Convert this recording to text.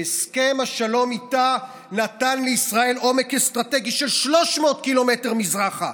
שהסכם השלום איתה נתן לישראל עומק אסטרטגי של 300 קילומטר מזרחה.